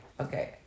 okay